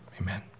Amen